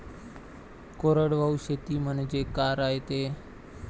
कोरडवाहू शेती म्हनजे का रायते?